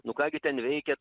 nu ką gi ten veikia